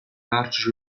large